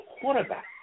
quarterback